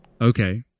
okay